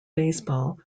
baseball